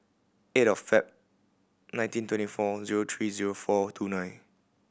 eight of Feb nineteen twenty four zero three zero four two nine